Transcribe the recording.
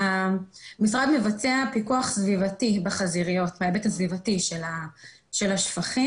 המשרד מבצע פיקוח סביבתי בחזיריות בהיבט הסביבתי של השפכים.